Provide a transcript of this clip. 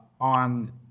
on